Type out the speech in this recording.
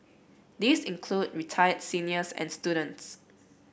these include retired seniors and students